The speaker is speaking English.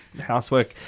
housework